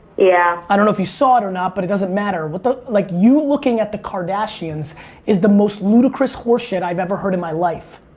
yeah. i don't know if you saw it or not but it doesn't matter. but like you looking at the kardashians is the most ludicrous horseshit i've ever heard in my life.